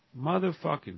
Motherfucking